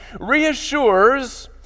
reassures